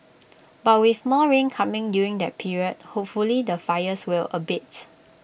but with more rain coming during that period hopefully the fires will abate